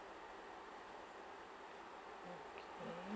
okay